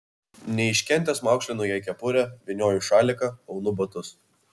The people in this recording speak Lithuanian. neiškentęs maukšlinu jai kepurę vynioju šaliką aunu batus